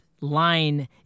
line